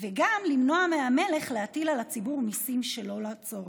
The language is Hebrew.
וגם למנוע מהמלך להטיל על הציבור מיסים שלא לצורך.